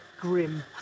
grim